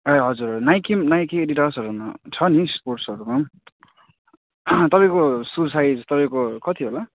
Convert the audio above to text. ए हजुर हजुर Nike Nike एडिडासहरूमा छ नि स्पोर्ट्सहरूमा तपाईँको सु साइज तपाईँको कति होला